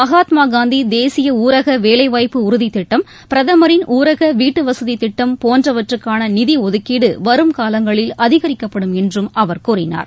மகாத்மா காந்தி தேசிய ஊரக வேலைவாய்ப்பு உறுதி திட்டம் பிரதமரின் ஊரக வீட்டு வசதி திட்டம் போன்றவற்றுக்கான நிதி ஒதுக்கீடு வரும் காலங்களில் அதிகரிக்கப்படும் என்றும் அவர் கூறினார்